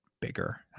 bigger